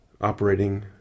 operating